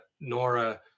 nora